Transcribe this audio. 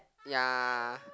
ya